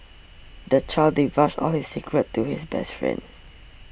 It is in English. the child divulged all his secrets to his best friend